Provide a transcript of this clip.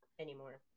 anymore